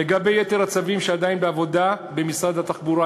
לגבי יתר הצווים שעדיין בעבודה במשרד התחבורה,